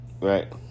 right